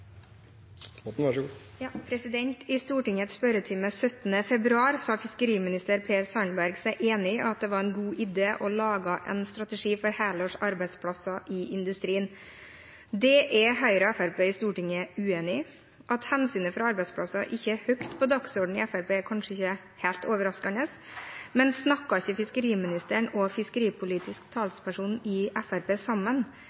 I Stortingets spørretime 17. februar sa fiskeriminister Per Sandberg seg enig i at det var en god idé å lage en strategi for helårs arbeidsplasser i industrien. Det er Høyre og Fremskrittspartiet i Stortinget uenig i. At hensynet til arbeidsplasser ikke står høyt på dagsordenen i Fremskrittspartiet, er kanskje ikke helt overraskende, men snakker ikke fiskeriministeren og fiskeripolitisk talsperson i Fremskrittspartiet sammen?